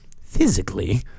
physically